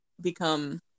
become